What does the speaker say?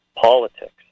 politics